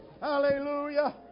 Hallelujah